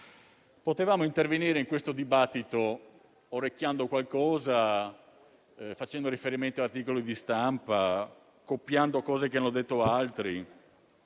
Potevamo intervenire in questo dibattito orecchiando qualcosa, facendo riferimento ad articoli di stampa, copiando cose che hanno detto altri,